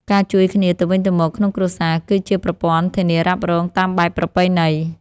ការជួយគ្នាទៅវិញទៅមកក្នុងគ្រួសារ គឺជាប្រព័ន្ធធានារ៉ាប់រងតាមបែបប្រពៃណី។